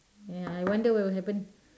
ya I wonder what will happen